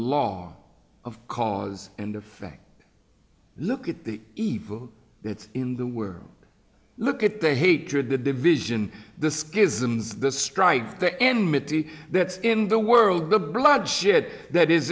law of cause and effect look at the evil that's in the word look at the hatred the division the schisms the strike the enmity that's in the world the bloodshed that is